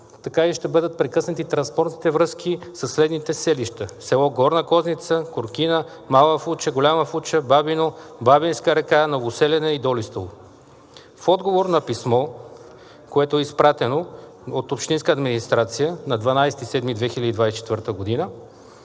така и ще бъдат прекъснати транспортните връзки със следните селища: селата Горна Козница, Коркина, Мала Фуча, Голема Фуча, Бабино, Бабинска река, Новоселяне и Долистово. В отговор на писмо, което е изпратено от общинската администрация на 12 юли 2024 г.,